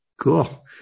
Cool